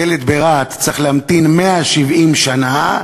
ילד ברהט צריך להמתין 170 שנה,